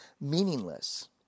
meaningless